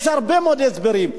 יש הרבה מאוד הסברים.